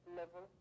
level